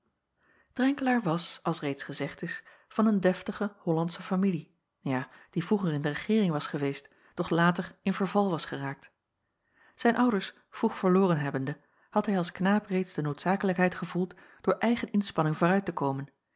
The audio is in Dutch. drenkelaer was als reeds gezegd is van een deftige hollandsche familie ja die vroeger in de regeering was geweest doch later in verval was geraakt zijn ouders vroeg verloren hebbende had hij als knaap reeds de noodzakelijkheid gevoeld door eigen inspanning vooruit te komen